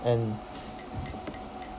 and